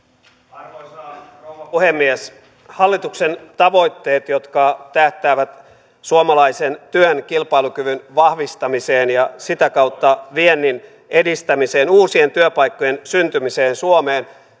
arvoisa rouva puhemies hallituksen tavoitteet jotka tähtäävät suomalaisen työn kilpailukyvyn vahvistamiseen ja sitä kautta viennin edistämiseen uusien työpaikkojen syntymiseen suomeen